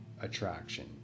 attraction